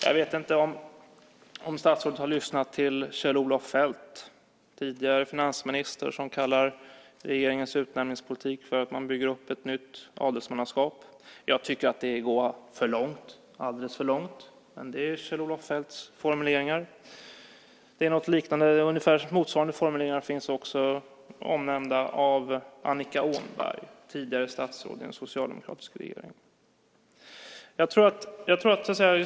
Jag vet inte om statsrådet har lyssnat till Kjell-Olof Feldt, tidigare finansminister, som kallar regeringens utnämningspolitik för att man bygger upp ett nytt adelsmannaskap. Jag tycker att det är att gå alldeles för långt, men det är Kjell-Olof Feldts formuleringar. Ungefär motsvarande formuleringar finns också hos Annika Åhnberg, tidigare statsråd i en socialdemokratisk regering.